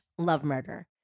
lovemurder